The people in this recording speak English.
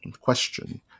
Question